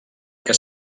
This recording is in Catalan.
que